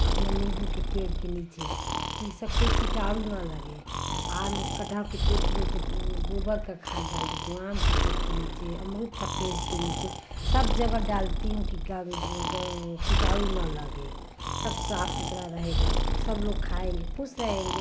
अपना नीम्बू के पेड़ के नीचे कि सब कोई कीटाणु ना लगे आम कटहल के पेड़ के नीचे गोबर का खाद डाल देती हूँ आम के पेड़ के नीचे अमरूद का पेड़ के नीचे सब जगह डालती हूँ कि गा गो गएँ किटाणु न लगे सब साफ सुथरा रहेगा कि सब लोग खाएंगे सब खुश रहेंगे